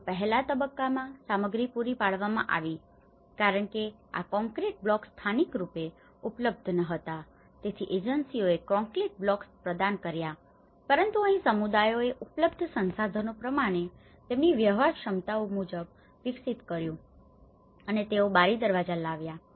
તેથી પહેલા તબક્કામાં સામગ્રી પૂરી પાડવામાં આવતી હતી કારણ કે આ કોંક્રિટ બ્લોક્સ સ્થાનિક રૂપે ઉપલબ્ધ ન હતા તેથી એજન્સીઓએ કોંક્રિટ બ્લોક્સ પ્રદાન કર્યા હતા પરંતુ અહીં સમુદાયોએ ઉપલબ્ધ સંસાધનો પ્રમાણે અને તેમની વ્યવહારક્ષમતાઓ મુજબ વિકસિત કર્યુ અને તેઓ દરવાજા અને બારીઓ લાવ્યા